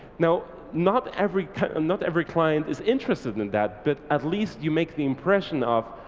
now not every and not every client is interested in and that, but at least you make the impression of,